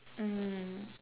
mmhmm